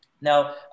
Now